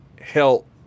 help